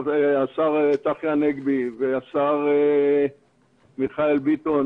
והשר מיכאל ביטון,